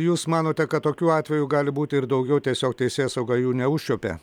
jūs manote kad tokių atvejų gali būti ir daugiau tiesiog teisėsauga jų neužčiuopė